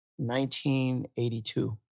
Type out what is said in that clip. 1982